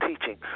teaching